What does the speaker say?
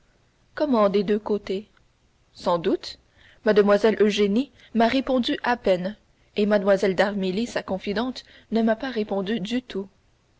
des deux côtés sans doute mlle eugénie m'a répondu à peine et mlle d'armilly sa confidente ne m'a pas répondu du tout